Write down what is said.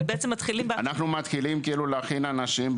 אנחנו מתחילים כאילו להכין אנשים,